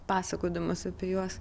pasakodamas apie juos